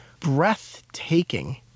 breathtaking